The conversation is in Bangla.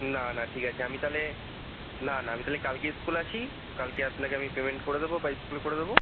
না না ঠিক আছে আমি তাহলে না না আমি তালে কালকে স্কুল আসি কালকে আপনাকে আমি পেমেন্ট করে দেবো বা স্কুলে করে দেবো